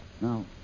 Now